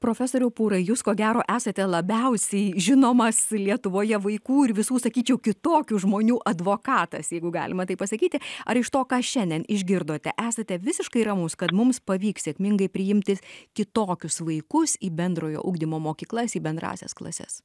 profesoriau pūrai jūs ko gero esate labiausiai žinomas lietuvoje vaikų ir visų sakyčiau kitokių žmonių advokatas jeigu galima taip pasakyti ar iš to ką šiandien išgirdote esate visiškai ramus kad mums pavyks sėkmingai priimti kitokius vaikus į bendrojo ugdymo mokyklas į bendrąsias klases